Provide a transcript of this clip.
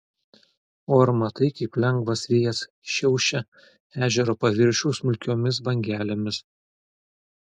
o ar matai kaip lengvas vėjas šiaušia ežero paviršių smulkiomis bangelėmis